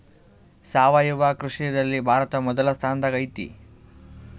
ಸಾವಯವ ಕೃಷಿಯಲ್ಲಿ ಭಾರತ ಮೊದಲ ಸ್ಥಾನದಾಗ್ ಐತಿ